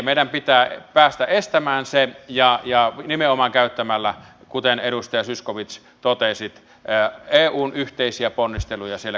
meidän pitää päästä estämään se ja nimenomaan käyttämällä kuten edustaja zyskowicz totesi eun yhteisiä ponnisteluja siellä kriisialueen lähellä